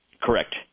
Correct